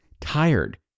tired